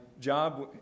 job